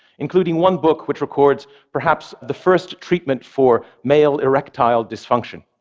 including one book which records perhaps the first treatment for male erectile dysfunction.